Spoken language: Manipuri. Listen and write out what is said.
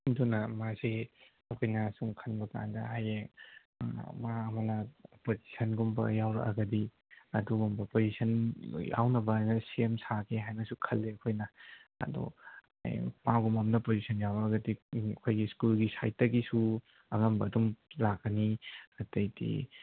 ꯑꯗꯨꯅ ꯃꯥꯁꯤ ꯑꯩꯈꯣꯏꯅ ꯁꯨꯝ ꯈꯟꯕ ꯀꯥꯟꯗ ꯍꯌꯦꯡ ꯃꯥ ꯑꯃꯅ ꯄꯣꯖꯤꯁꯟꯒꯨꯝꯕ ꯌꯥꯎꯔꯛꯂꯒꯗꯤ ꯑꯗꯨꯒꯨꯝꯕ ꯄꯣꯖꯤꯁꯟ ꯌꯥꯎꯅꯕꯅ ꯁꯦꯝ ꯁꯥꯒꯦ ꯍꯥꯏꯅꯁꯨ ꯈꯜꯂꯦ ꯑꯩꯈꯣꯏꯅ ꯑꯗꯣ ꯍꯌꯦꯡ ꯃꯥꯒꯨꯝꯕ ꯑꯃꯅ ꯄꯣꯖꯤꯁꯟ ꯌꯥꯎꯔꯛꯂꯒꯗꯤ ꯎꯝ ꯑꯩꯈꯣꯏꯒꯤ ꯁ꯭ꯀꯨꯜꯒꯤ ꯁꯥꯏꯠꯇꯒꯤꯁꯨ ꯑꯉꯝꯕ ꯑꯗꯨꯝ ꯂꯥꯛꯀꯅꯤ ꯑꯇꯩꯗꯤ